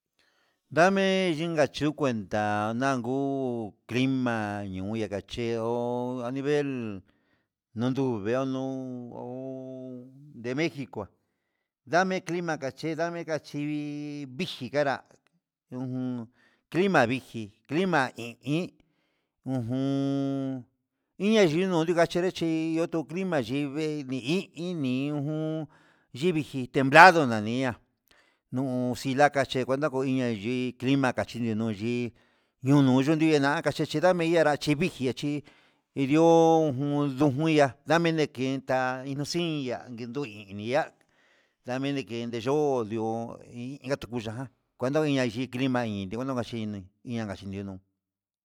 Ndame yikanduu kuenda, nanguu clima ndinakeche nguu ven nonduu veono'onde ho de mexico, ndame clima kache ndame kachinri clima viji janra ujun clima vingui clima hi i ujun iña yunuu ndikachere chi otu clima yí vee ni i iyijun templado nani ihá nuu kenta kache yunuu no'o ndigui na'a nakacheche ndame nguinrá chi viji chí indo ujun ndujunria ndame nekenda ikonchi nakin ndu'i ini iha ndame nikende ndo ndi'o hi natuku ya'a kuenta nayii clima yi ndiu kuenta kachini ian kachi nunu.